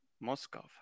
Moscow